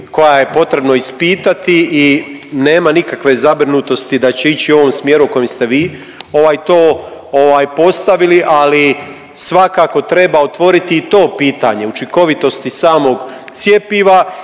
koja je potrebno ispitati i nema nikakve zabrinutosti da će ići u ovom smjeru u kojem ste vi to postavili, ali svakako treba otvoriti i to pitanje učinkovitosti samog cjepiva